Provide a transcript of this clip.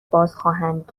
بازخواهند